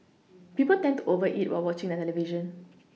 people tend to over eat while watching the television